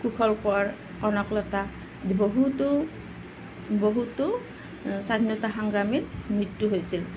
কোশল কোঁৱৰ কনকলতা বহুতো বহুতো স্বাধীনতা সংগ্ৰামীৰ মৃত্যু হৈছিল